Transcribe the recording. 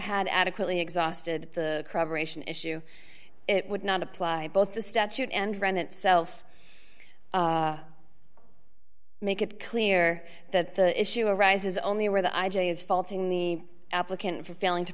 had adequately exhausted the preparation issue it would not apply both the statute and run itself make it clear that the issue arises only where the i j a is faulting the applicant for failing to